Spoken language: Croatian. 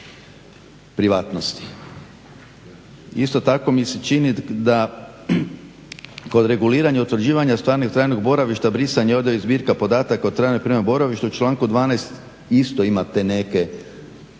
privatnosti. Isto tako mi se čini da kod reguliranja i utvrđivanja stvarnog trajnog boravišta, brisanje i odjava iz … /Govornik se ne razumije./… boravištu u članku 12. isto ima te neke